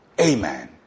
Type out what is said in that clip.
Amen